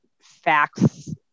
facts